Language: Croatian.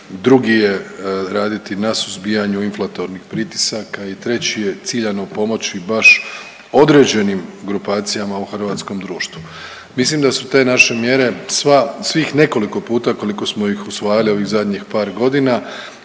drugi je raditi na suzbijanju inflatornih pritisaka i treći je ciljano pomoći baš određenim grupacijama u hrvatskom društvu. Mislim da su te naše mjere, sva, svih nekoliko puta koliko smo ih usvajali ovih zadnjih par godina